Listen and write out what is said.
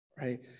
right